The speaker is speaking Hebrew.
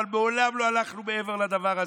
אבל מעולם לא הלכנו מעבר לדבר הזה.